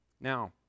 Now